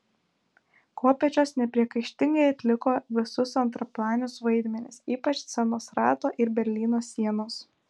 kopėčios nepriekaištingai atliko visus antraplanius vaidmenis ypač scenos rato ir berlyno sienos